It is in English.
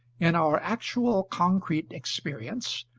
in our actual concrete experience,